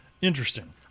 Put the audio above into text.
Interesting